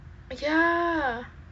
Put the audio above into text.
ya